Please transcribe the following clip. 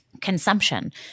consumption